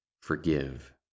forgive